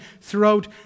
throughout